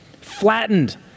flattened